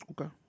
Okay